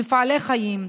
במפעלי חיים.